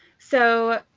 so,